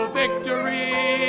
victory